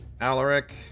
Alaric